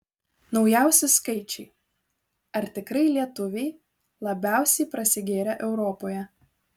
naujausi skaičiai ar tikrai lietuviai labiausiai prasigėrę europoje